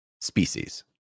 species